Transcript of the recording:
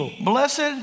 blessed